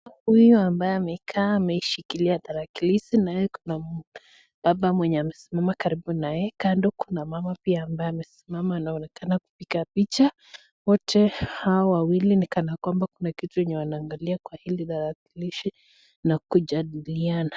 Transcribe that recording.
Huyu ambaye amekaa ameishikilia tarakilishi, naye kuna baba mwenye amesimama karibu na yeye. Kando kuna mama pia ambaye amesimama anonekana kupiga picha. Wote hawa wawili ni kanakwamba kuna kitu yenye wanaangalia kwa hili tarakilishi na kujadiliana.